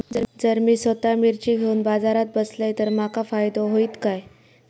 जर मी स्वतः मिर्ची घेवून बाजारात बसलय तर माका फायदो होयत काय?